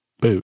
boot